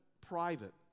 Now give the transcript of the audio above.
private